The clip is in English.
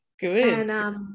Good